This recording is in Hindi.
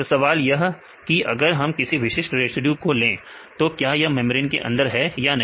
तो सवाल यह है कि अगर हम किसी विशिष्ट रेसिड्यू को ले तो क्या यह मेंब्रेन के अंदर है या नहीं